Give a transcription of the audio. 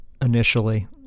initially